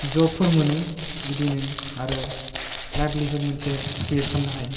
जबफोर मोनो बिदिनो आरो लाभलिहुड मोनसे क्रिएट खामनो हायो